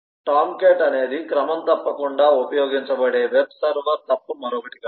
Tomcat అనేది క్రమం తప్పకుండా ఉపయోగించబడే వెబ్ సర్వర్ తప్ప మరొకటి కాదు